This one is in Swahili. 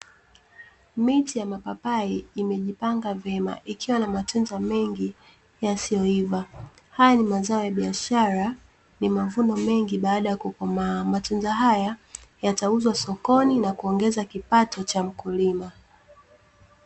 Miti ya mapapai imejipanga vyema ikiwa na matunda mengi yasiyoiva, haya ni mazao ya biashara ni mavuno mengi baada ya kukomaa, matunda haya yatauzwa sokoni na kuongeza kipato cha mkulima .